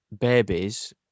babies